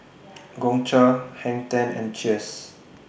Gongcha Hang ten and Cheers